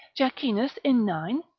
jacchinus in nine.